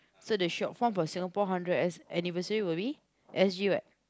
so the short form for Singapore hundred anniversary would be S_G what